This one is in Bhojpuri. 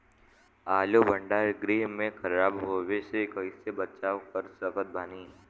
आलू भंडार गृह में खराब होवे से कइसे बचाव कर सकत बानी?